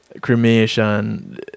cremation